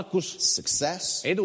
success